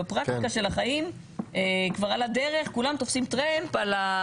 אבל בפרקטיקה של החיים על הדרך כולם תופסים טרמפ.